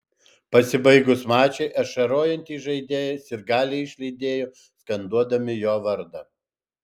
pasibaigus mačui ašarojantį žaidėją sirgaliai išlydėjo skanduodami jo vardą